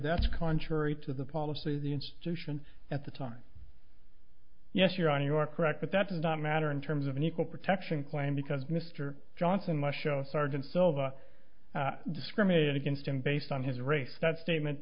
that's contrary to the policy of the institution at the time yes you're on your correct but that does not matter in terms of an equal protection claim because mr johnson must show sergeant silva discriminated against him based on his race that statement